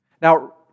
Now